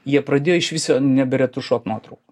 jie pradėjo iš viso neberetušuot nuotraukų